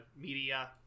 media